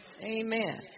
amen